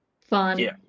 Fun